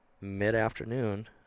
mid-afternoon